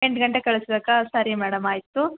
ಎಂಟು ಗಂಟೆಗೆ ಕಳಿಸ್ಬೇಕಾ ಸರಿ ಮೇಡಮ್ ಆಯಿತು